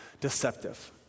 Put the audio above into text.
deceptive